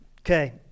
Okay